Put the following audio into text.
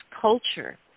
culture